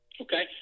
Okay